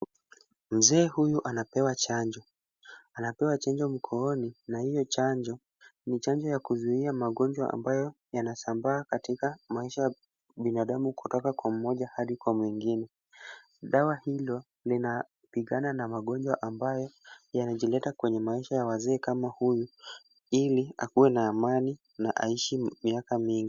Mzee huyu anapewa chanjo. Anapewa chanjo mkononi na hiyo chanjo ni chanjo ya kuzuia magonjwa ambayo yanasambaa katika maisha ya binadamu kutoka kwa mmoja hadi kwa mwingine. Dawa hilo linapigana na magonjwa ambayo yanajileta kwenye maisha ya wazee kama huyu ili akuwe na amani na aishi miaka mingi.